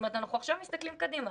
אנחנו מסתכלים עכשיו קדימה.